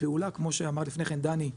לפעולה כמו שאמר לפני כן דני,